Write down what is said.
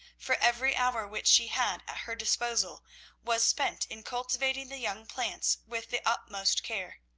for every hour which she had at her disposal was spent in cultivating the young plants with the utmost care.